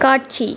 காட்சி